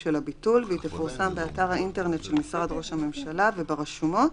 של הביטול והיא תפורסם באתר האינטרנט של משרד ראש הממשלה וברשומות